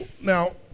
Now